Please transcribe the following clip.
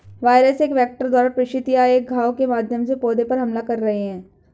virus एक vector द्वारा प्रेषित या एक घाव के माध्यम से पौधे पर हमला कर रहे हैं